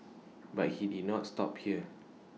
but he did not stop here